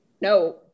no